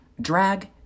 drag